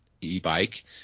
e-bike